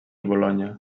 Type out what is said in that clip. bolonya